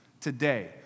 today